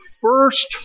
first